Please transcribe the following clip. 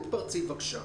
תתפרצי, בבקשה.